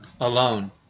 alone